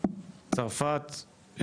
צרפת,